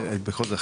בכל זאת,